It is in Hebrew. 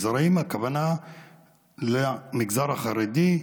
הכוונה למגזר החרדי,